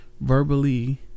verbally